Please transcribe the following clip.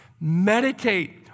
Meditate